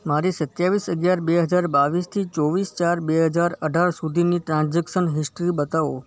મારી સત્તાવીસ અગિયારથી બે હજાર બાવીસથી ચોવીસ ચાર બે હજાર અઢાર સુધીની ટ્રાન્ઝૅક્શન હિસ્ટ્રી બતાવો